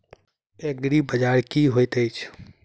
एग्रीबाजार की होइत अछि?